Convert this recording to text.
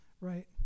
right